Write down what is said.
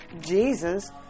Jesus